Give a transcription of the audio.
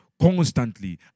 constantly